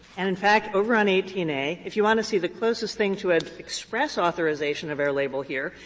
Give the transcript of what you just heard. and in fact, over on eighteen a, if you want to see the closest thing to an express authorization of our label here,